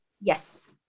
Yes